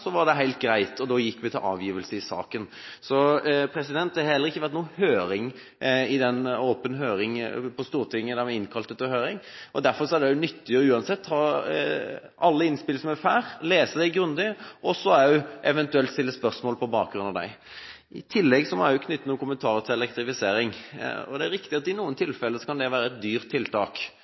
var det helt greit, og vi gikk til avgivelse i saken. Det har heller ikke vært innkalt til noen åpen høring på Stortinget. Derfor er det uansett nyttig å lese grundig alle innspill vi får, og så eventuelt stille spørsmål på bakgrunn av dem. I tillegg må jeg knytte noen kommentarer til elektrifisering. Det er riktig at det i noen tilfeller kan det være et dyrt tiltak.